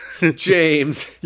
James